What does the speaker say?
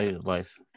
life